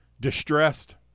distressed